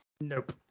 Nope